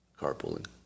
carpooling